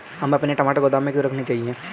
हमें अपने टमाटर गोदाम में क्यों रखने चाहिए?